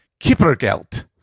Kippergeld